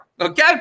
Okay